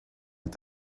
est